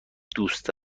دوست